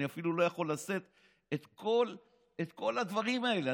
אני אפילו לא יכול לשאת את כל הדברים האלה.